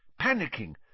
panicking